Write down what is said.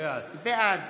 בעד